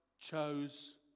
chose